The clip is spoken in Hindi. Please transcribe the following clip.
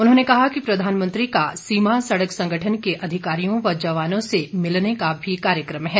उन्होंने कहा कि प्रधानमंत्री का सीमा सड़क संगठन के अधिकारियों व जवानों से मिलने का भी कार्यक्रम है